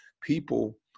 people